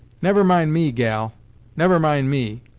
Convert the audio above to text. never mind me, gal never mind me.